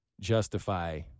justify